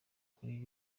kuri